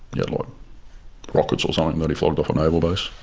yeah like rockets or something that he flogged off a naval base.